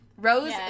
Rose